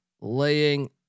laying